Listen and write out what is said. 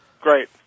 Great